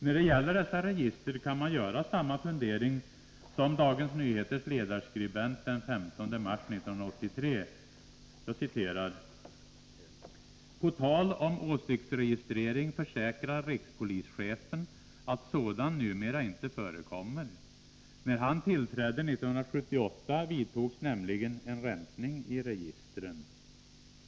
När det gäller dessa register kan man göra samma fundering som Dagens Nyheters ledarskribent den 15 mars 1983: ”På tal om åsiktsregistrering försäkrar rikspolischefen att sådan numera inte förekommer. När han tillträdde 1978 vidtogs nämligen en rensning i registren.